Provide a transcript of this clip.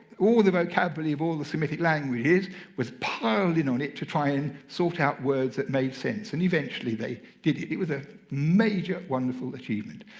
all the vocabulary of all the semitic languages was piled in on it to try and sort out words that made sense. and eventually, they did it. it was a major, wonderful achievement.